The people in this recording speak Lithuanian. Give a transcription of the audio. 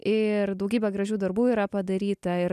ir daugybė gražių darbų yra padaryta ir